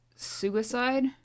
suicide